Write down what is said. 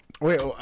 Wait